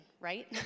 right